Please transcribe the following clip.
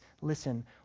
listen